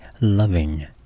loving